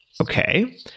okay